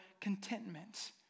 contentment